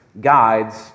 guides